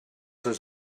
his